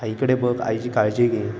आईकडे बघ आईची काळजी घे